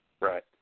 Right